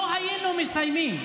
אם לא היינו מסיימים.